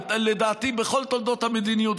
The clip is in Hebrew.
לדעתי בכל תולדות המדיניות,